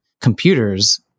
computers